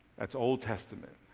that's old testament.